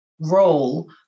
role